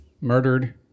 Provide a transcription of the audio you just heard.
murdered